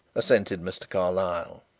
assented mr. carlyle.